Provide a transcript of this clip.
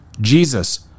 Jesus